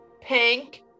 pink